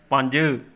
ਪੰਜ